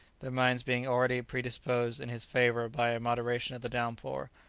their minds being already predisposed in his favour by a moderation of the downpour,